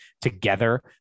together